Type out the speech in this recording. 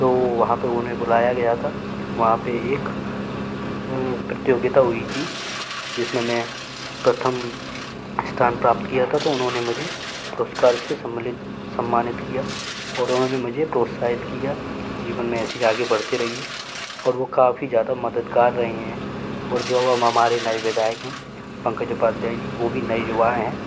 तो वहाँ पर उन्हें बुलाया गया था वहाँ पर एक प्रतियोगिता हुई थी जिस में मैं प्रथम स्थान प्राप्त किया था तो उन्होंने मुझे पुरस्कार से सम्मनित सम्मानित किया उन्होंने मुझे प्रोत्साहित किया कि जीवन में ऐसे ही आगे बढ़ते रहिए और वो काफ़ी ज़्यादा मददगार रहे हैं और जो अब हमारे नए विधायक हैं पंकज उपाध्याय जी वो भी नए युवा हैं